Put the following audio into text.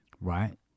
right